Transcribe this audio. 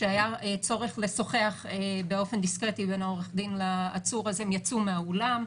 כשהיה צורך לשוחח באופן דיסקרטי בין העורך דין לעצור אז הם יצאו מהאולם,